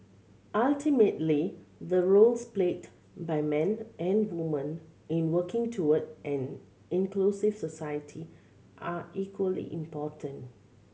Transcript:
ultimately the roles played by men and women in working toward an inclusive society are equally important